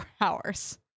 hours